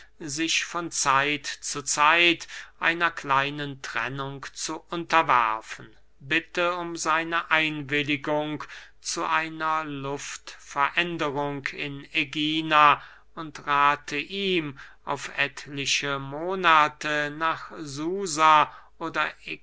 sich von zeit zu zeit einer kleinen trennung zu unterwerfen bitte um seine einwilligung zu einer luftveränderung in ägina und rathe ihm auf etliche monate nach susa oder